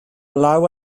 law